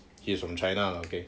he is from china lah okay